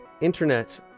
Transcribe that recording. Internet